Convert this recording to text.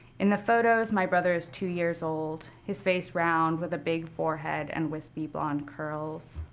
in the photos, my brother is two years old, his face round with a big forehead and wispy, blond curls.